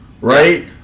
right